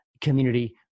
community